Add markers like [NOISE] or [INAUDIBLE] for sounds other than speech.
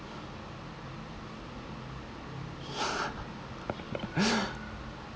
[LAUGHS]